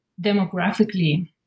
demographically